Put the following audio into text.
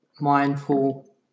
mindful